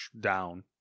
down